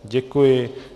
Děkuji.